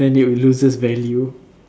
then it will lose its value